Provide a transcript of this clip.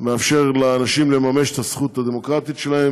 מאפשר לאנשים לממש את הזכות הדמוקרטית שלהם,